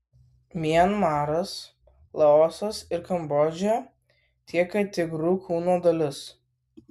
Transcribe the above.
mianmaras laosas ir kambodža tiekia tigrų kūno dalis